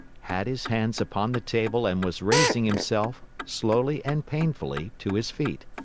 had his hands upon the table and was raising himself, slowly and painfully, to his feet.